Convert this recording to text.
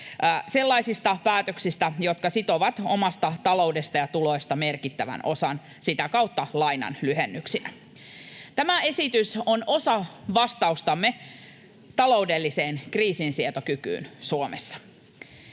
sellaisista päätöksistä, jotka sitovat omasta taloudesta ja tuloista merkittävän osan sitä kautta lainan lyhennyksinä. Tämä esitys on osa vastaustamme taloudelliseen kriisinsietokykyyn Suomessa.